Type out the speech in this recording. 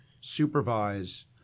supervise